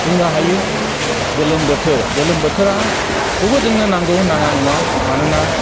बुंनो हायो गोलोम बोथोर गोलोम बोथोरखौबो जोंनो नांगौ नाङा नङा मानोना